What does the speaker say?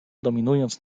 dominując